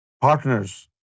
partners